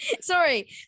Sorry